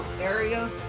area